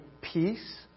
peace